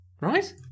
right